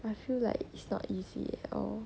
I feel like it's not easy at all